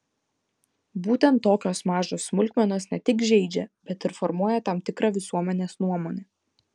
būtent tokios mažos smulkmenos ne tik žeidžia bet ir formuoja tam tikrą visuomenės nuomonę